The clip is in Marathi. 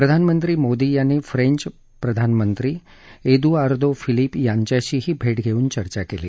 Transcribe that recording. प्रधानमंत्री मोदी यांनी फ्रेंच प्रधानमंत्री एदुआर्दो फिलिप यांच्याशीही भेट घेऊन चर्चा केली